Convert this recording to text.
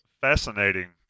fascinating